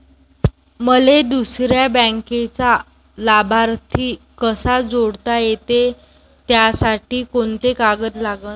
मले दुसऱ्या बँकेचा लाभार्थी कसा जोडता येते, त्यासाठी कोंते कागद लागन?